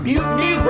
Mutiny